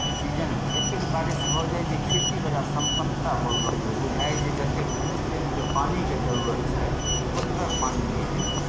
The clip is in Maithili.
सीजनमे एतेक बारिश भऽ जाय जे खेती बड़ा सम्पन्नता पूर्वक होय बुझाय जे जतेक खेतकेँ पानिके जरूरत छै ओतबहि पानि मिलय